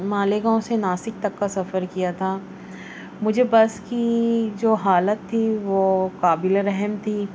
مالیگاؤں سے ناسک تک کا سفر کیا تھا مجھے بس کی جو حالت تھی وہ قابل رحم تھی